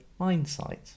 Mindsight